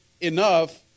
enough